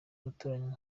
gutoranywa